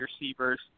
receivers